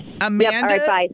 Amanda